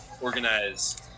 organize